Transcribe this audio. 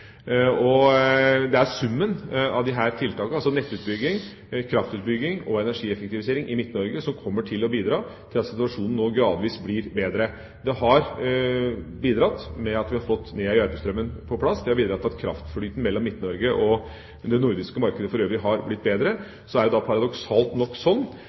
Det er summen av disse tiltakene – nettutbygging, kraftutbygging og energieffektivisering i Midt-Norge – som kommer til å bidra til at situasjonen nå gradvis blir bedre. Det har bidratt ved at vi har fått mer av Nea–Järpströmmen på plass, det har bidratt til at kraftflyten mellom Midt-Norge og det nordiske markedet for øvrig har blitt bedre. Så er det paradoksalt nok sånn